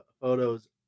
photos